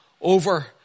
Over